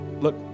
look